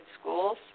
schools